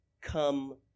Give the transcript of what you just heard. Come